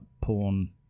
porn